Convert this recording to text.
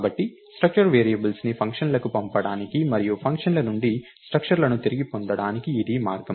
కాబట్టి స్ట్రక్చర్ వేరియబుల్స్ని ఫంక్షన్లకు పంపడానికి మరియు ఫంక్షన్ల నుండి స్ట్రక్చర్లను తిరిగి పొందడానికి ఇది మార్గం